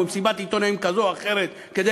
או מסיבת עיתונאים כזו או אחרת כדי